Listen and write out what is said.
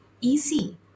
easy